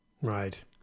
Right